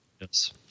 Yes